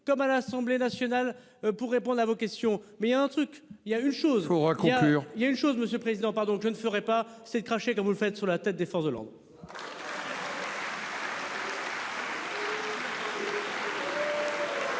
comme à l'Assemblée nationale pour répondre à vos questions. Mais il y a un truc, il y a une chose, vous. Il y a une chose Monsieur président pardon je ne ferai pas s'est crashé comme vous le faites sur la tête des forces de l'ordre.